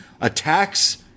attacks